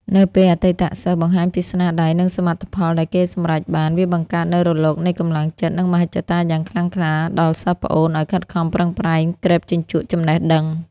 នៅពេលអតីតសិស្សបង្ហាញពីស្នាដៃ និងសមិទ្ធផលដែលគេសម្រេចបាន វាបង្កើតនូវរលកនៃកម្លាំងចិត្ត និងមហិច្ឆតាយ៉ាងខ្លាំងក្លាដល់សិស្សប្អូនឱ្យខិតខំប្រឹងប្រែងក្រេបជញ្ជក់ចំណេះដឹង។